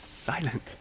silent